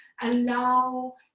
Allow